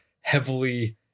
heavily